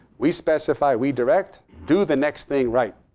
we specify. we direct. do the next thing right.